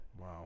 Wow